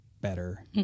better